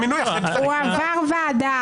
היה מינוי אחרי --- הוא עבר ועדה.